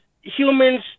Humans